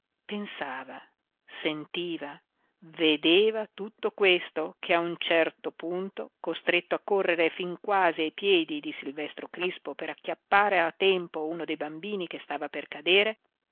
pensava sentiva vedeva tutto questo che a un certo punto costretto a correre fin quasi ai piedi di silvestro crispo per acchiappare a tempo uno dei bambini che stava per cadere